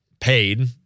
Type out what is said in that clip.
paid